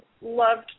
loved